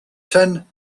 ten